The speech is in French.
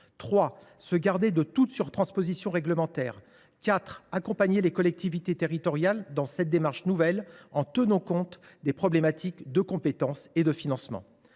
se garder de toute surtransposition réglementaire ; quatrièmement, enfin, accompagner les collectivités territoriales dans cette démarche nouvelle, en tenant compte des problématiques de compétences et de financement.